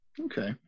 Okay